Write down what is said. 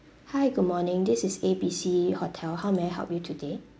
hi good morning this is A B C hotel how may I help you today